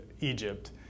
Egypt